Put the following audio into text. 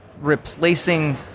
replacing